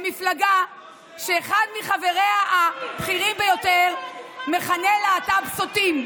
למפלגה שאחד מחבריה הבכירים ביותר מכנה להט"ב "סוטים"